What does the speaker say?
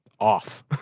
off